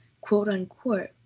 quote-unquote